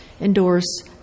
endorse